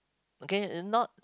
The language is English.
okay not